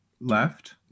left